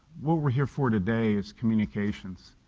what we're here for today is communications.